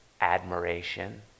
Admiration